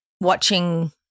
watching